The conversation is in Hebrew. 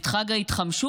את חג ההתחמשות